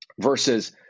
versus